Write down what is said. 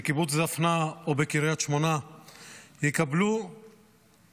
בקיבוץ דפנה או בקריית שמונה יקבל פחות